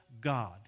God